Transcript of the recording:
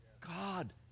God